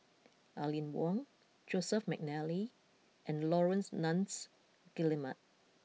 Aline Wong Joseph McNally and Laurence Nunns Guillemard